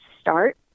start